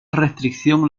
restricción